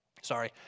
sorry